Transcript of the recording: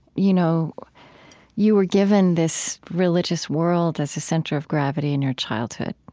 you know you were given this religious world as a center of gravity in your childhood,